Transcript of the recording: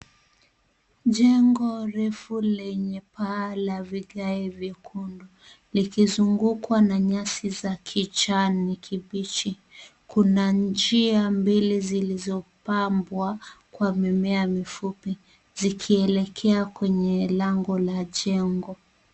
Jengo refu lenye paa la vigae vyekundu. Likizungukwa na nyasi za kijani kibichi. Kuna njia mbili zilizo pamba kwa mimea mifupi, zikielekea kwenye lango la jengo.